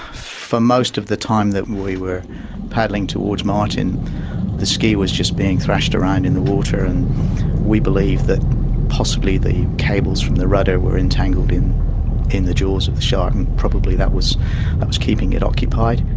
for most of the time that we were paddling towards martin the ski was just being thrashed around in the water, and we believe that possibly the cables from the rudder were entangled in in the jaws of the shark and probably that was that was keeping it occupied.